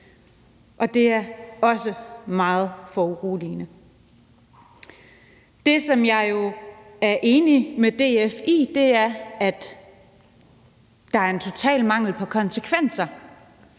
og det er også meget foruroligende. Det, som jeg jo er enig med DF i, er, at der er en total mangel på konsekvenser